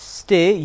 stay